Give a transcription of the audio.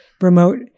remote